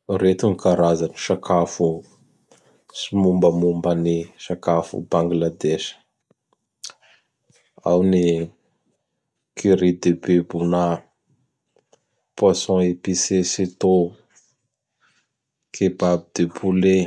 Reto gny karazan'ny sakafo sy ny mombamomban'ny sakafo Bangladesh: ao ny Curry de Bebona, Poisson epicé citô, Khebab de poulet,